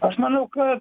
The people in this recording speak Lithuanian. aš manau kad